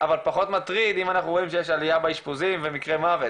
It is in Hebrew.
אבל פחות מטריד מאשר כשאנחנו רואים שיש עלייה באשפוזים ובמקרי המוות,